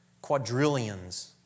Quadrillions